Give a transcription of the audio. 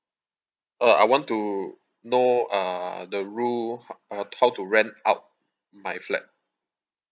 uh I want to know uh the rule how uh how to rent out my flat